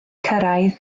cyrraedd